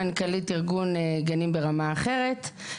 מנכ"לית ארגון גנים ברמה אחרת,